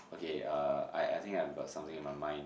okay uh I I think I've got something in my mind